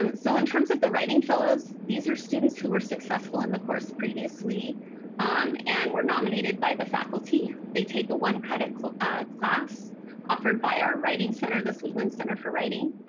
um so in terms of the writing fellows, these are students who were successful in the course previously um and were nominated by the faculty. they take a one-credit class offered by our writing center, the sweetland center for writing.